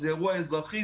זה אירוע אזרחי.